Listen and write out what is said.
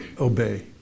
obey